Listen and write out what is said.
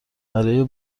برای